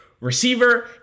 receiver